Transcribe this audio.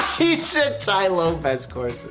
he said, tai lopez courses